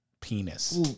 penis